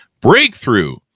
Breakthrough